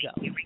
go